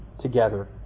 together